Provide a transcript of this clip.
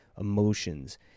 emotions